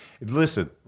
Listen